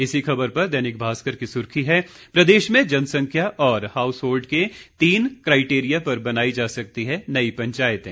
इसी खबर पर दैनिक भास्कर की सुर्खी है प्रदेश में जनसंख्या और हाउस होल्ड के तीन काइटेरिया पर बनाई जा सकती है नई पंचायतें